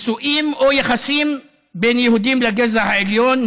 נישואים או יחסים בין יהודים לגזע העליון,